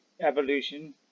evolution